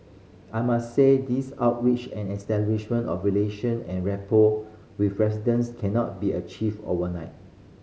I must say these outreach and establishment of relation and rapport with residents cannot be achieved overnight